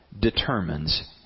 determines